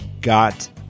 got